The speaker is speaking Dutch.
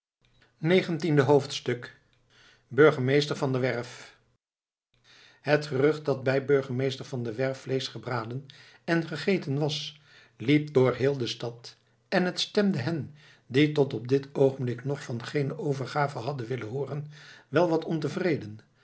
negentiende hoofdstuk burgemeester van der werff het gerucht dat er bij burgemeester van der werff vleesch gebraden en gegeten was liep door heel de stad en het stemde hen die tot op dit oogenblik nog van geene overgave hadden willen hooren wel wat ontevreden